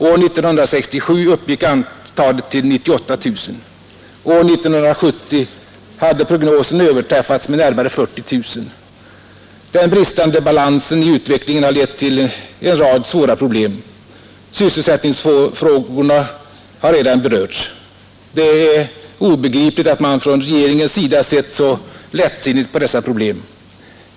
År 1967 uppgick studentantalet till 98 000. År 1970 hade prognosen överträffats med närmare 40 000. Den bristande balansen i utvecklingen har lett till en rad svåra problem. Sysselsättningsfrågorna har redan berörts. Det är obegripligt att man från regeringens sida sett så lättsinnigt på dessa problem.